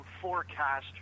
forecast